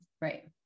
Right